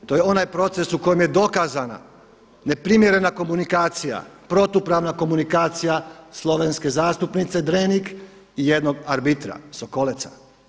To je onaj proces u kojem je dokazana neprimjerena komunikacija, protupravna komunikacija slovenske zastupnice Drenik i jednog arbitra Sokoleca.